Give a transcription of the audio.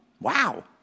wow